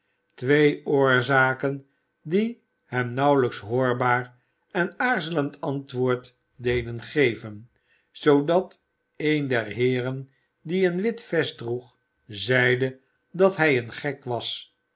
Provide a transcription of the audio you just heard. twee oorzaken die hem een nauwelijks hoorbaar en aarzelend antwoord deden geven zoodat een der heeren die een wit vest droeg zeide dat hij een gek was